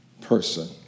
person